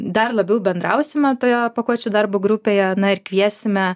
dar labiau bendrausime toje pakuočių darbo grupėje na ir kviesime